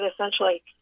essentially